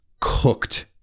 cooked